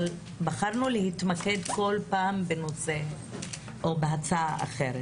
אבל בחרנו להתמקד כל פעם בנושא או בהצעה אחרת.